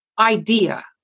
idea